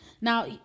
Now